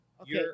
Okay